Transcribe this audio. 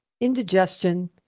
indigestion